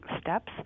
steps